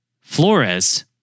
Flores